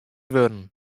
wurden